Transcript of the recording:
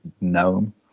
gnome